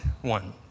one